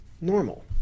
Normal